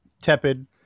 tepid